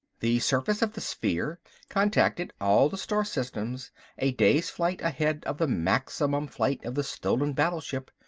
the surface of the sphere contacted all the star systems a days flight ahead of the maximum flight of the stolen battleship.